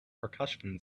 percussion